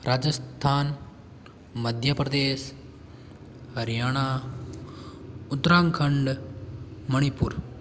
Rajasthan Madhya Pradesh Haryana Uttarakhand Manipur